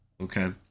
Okay